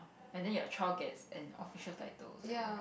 and then your child gets an official title also